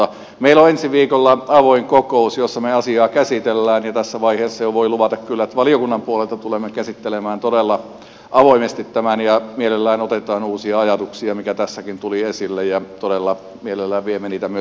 meillä on ensi viikolla avoin kokous jossa me asiaa käsittelemme ja tässä vaiheessa jo voi luvata kyllä että valiokunnan puolelta tulemme käsittelemään todella avoimesti tämän ja mielellämme otamme uusia ajatuksia mikä tässäkin tuli esille ja todella mielellämme viemme niitä myös eteenpäin